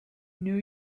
new